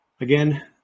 Again